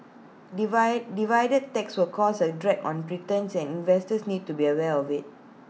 divide dividend taxes will cause A drag on returns and investors need to be aware of IT